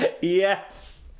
yes